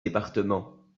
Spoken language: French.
départements